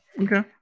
Okay